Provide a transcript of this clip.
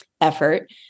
effort